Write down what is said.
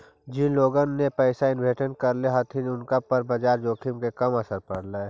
जिन लोगोन ने पैसा इन्वेस्ट करले हलथिन उनका पर बाजार जोखिम के कम असर पड़लई